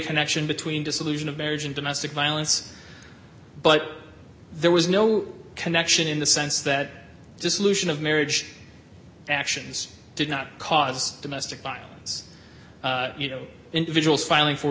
connection between dissolution of marriage and domestic violence but there was no connection in the sense that dissolution of marriage actions did not cause domestic violence you know individuals filing for